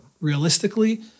Realistically